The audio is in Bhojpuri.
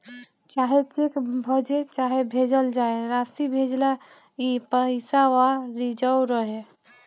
चाहे चेक भजे चाहे भेजल जाए, रासी भेजेला ई पइसवा रिजव रहे